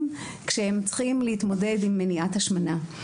כשהם צריכים להתמודד עם מניעת השמנה.